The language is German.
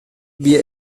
wir